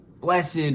Blessed